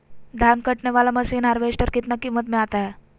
धान कटने बाला मसीन हार्बेस्टार कितना किमत में आता है?